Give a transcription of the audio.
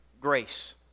grace